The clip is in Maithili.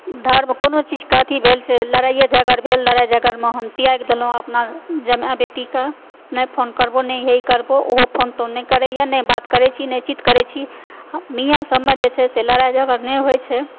धर्म कोनो चीज के अथी भेल से लड़ाइये झगड़ भेल लड़ाइ झगड़ मे हम त्यागि देलहुॅं अपना जमाए बेटी के नहि फोन करबौ नहि हे ई करबौ ओहो फोन तोन नहि करैया नहि बात करै छी नहि चित करै छी मियां सब मे जे छै से लड़ाइ झगड़ नहि होइ छै